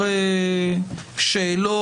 ההצעות.